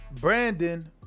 brandon